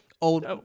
Old